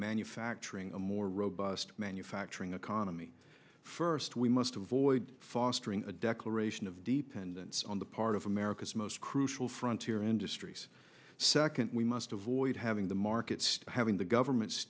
manufacturing a more robust manufacturing economy first we must avoid fostering a declaration of dependence on the part of america's most crucial front here industries second we must avoid having the markets having the government